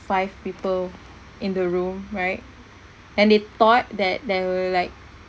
five people in the room right and they thought that they were like